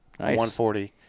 140